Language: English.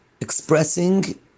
expressing